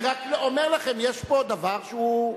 אני רק אומר לכם, יש פה דבר שהוא,